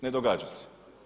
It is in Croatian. Ne događa se.